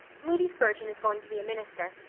moody spurgeon is going to be a minister.